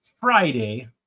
Friday